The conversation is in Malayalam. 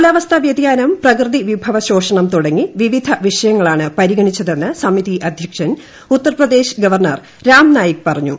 കാലാവസ്ഥാ വ്യതിയാനം പ്രകൃതി വിഭവ ശോഷണം തുടങ്ങി വിവിധ വിഷയങ്ങളാണ് പരിഗണിച്ചതെന്ന് സമിതി അധ്യക്ഷൻ ഉത്തർപ്രദേശ് ഗവർണർ രാംനായിക് പറഞ്ഞു